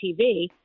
TV